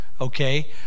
Okay